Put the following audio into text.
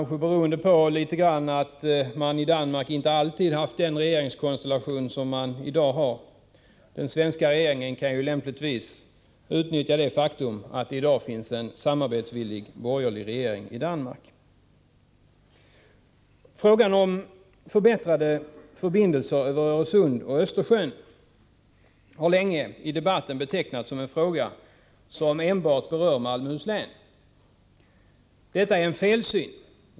Detta kanske i någon mån berodde på att man i Danmark inte alltid haft den regeringskonstellation man har i dag. Den svenska regeringen kan lämpligen utnyttja det faktum att det i dag finns en samarbetsvillig borgerlig regering i Danmark. Frågan om förbättrade förbindelser över Öresund och Östersjön har i debatten länge betecknats som en fråga som enbart berör Malmöhus län. Detta är en felsyn.